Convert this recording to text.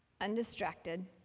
undistracted